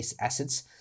assets